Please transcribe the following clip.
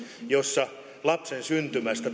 joilla lapsen syntymästä